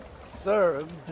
served